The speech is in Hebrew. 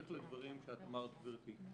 כהמשך לדברים שאת אמרת, גברתי.